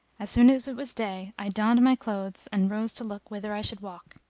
as soon as it was day, i donned my clothes and rose to look whither i should walk.